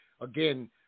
again